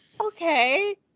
okay